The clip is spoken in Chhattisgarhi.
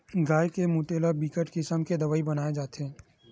गाय के मूते ले बिकट किसम के दवई बनाए जाथे